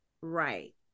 Right